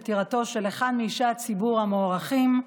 פטירתו של אחד מאישי הציבור המוערכים,